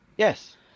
Yes